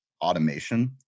automation